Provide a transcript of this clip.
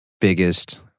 biggest